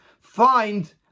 find